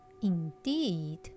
indeed